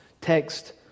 text